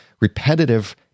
repetitive